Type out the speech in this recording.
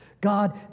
God